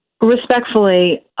Respectfully